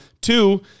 Two